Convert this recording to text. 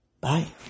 Bye